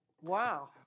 Wow